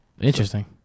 Interesting